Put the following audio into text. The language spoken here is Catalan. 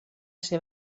ser